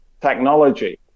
technology